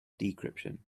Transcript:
decryption